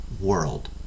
world